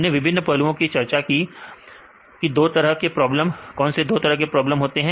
तो हमने विभिन्न पहलुओं की चर्चा की दो तरह के प्रॉब्लम कौन से दो तरह के प्रॉब्लम होते हैं